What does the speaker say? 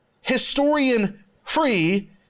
historian-free